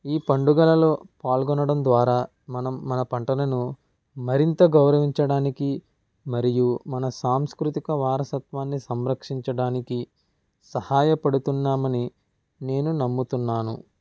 ఈ పండుగలలో పాల్గొనడం ద్వారా మనం మన పంటలను మరింత గౌరవించడానికి మరియు మన సాంస్కృతిక వారసత్వాన్ని సంరక్షించడానికి సహాయపడుతున్నామని నేను నమ్ముతున్నాను